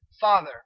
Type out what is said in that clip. father